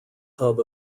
hub